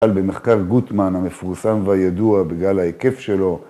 במחקר גוטמן המפורסם והידוע בגלל ההיקף שלו